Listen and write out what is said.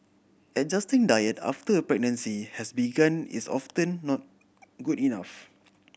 adjusting diet after a pregnancy has begun is often not good enough